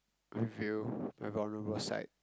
reveal my vulnerable side